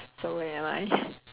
so am I